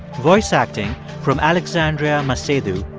voice acting from alexandria masehdu,